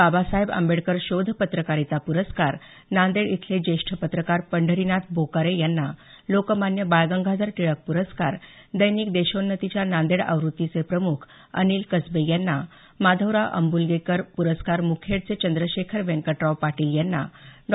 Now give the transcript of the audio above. बाबासाहेब आंबेडकर शोध पत्रकारिता प्रस्कार नांदेड इथले ज्येष्ठ पत्रकार पंढरीनाथ बोकारे यांना लोकमान्य बाळ गंगाधर टिळक प्रस्कार दैनिक देशोन्नतीच्या नांदेड आवृतीचे प्रमुख अनिल कसबे यांना माधवराव आंब्लगेकर प्रस्कार मुखेडचे चंद्रशेखर वेंकटराव पाटील यांना डॉ